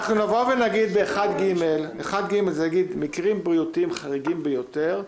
אנחנו נגיד ב-1ג' מקרים בריאותיים חריגים ביותר.